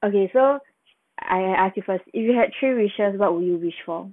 okay so I ask you first if you had three wishes what would you wish for